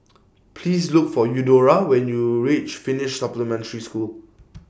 Please Look For Eudora when YOU REACH Finnish Supplementary School